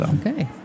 okay